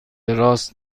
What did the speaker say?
راست